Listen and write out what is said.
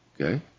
okay